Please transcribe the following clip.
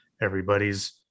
Everybody's